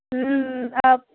آپ